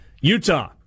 Utah